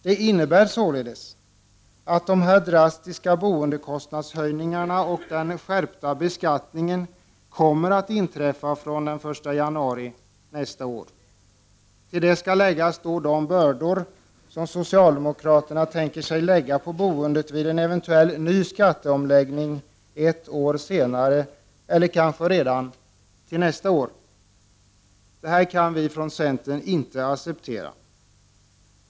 Det innebär således att dessa drastiska boendekostnadshöjningar och den skärpta beskattningen kommer att inträffa från den 1 januari nästa år. Till detta kommer de bördor som socialdemokraterna tänker lägga på boendet vid en eventuell ny skatteomläggning ett år senare eller kanske redan nästa år. Detta kan vi från centern inte acceptera.